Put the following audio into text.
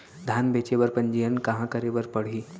धान बेचे बर पंजीयन कहाँ करे बर पड़ही?